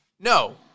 No